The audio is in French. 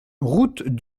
route